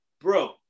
bro